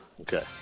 Okay